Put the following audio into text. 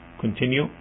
continue